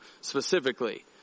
specifically